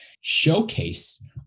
showcase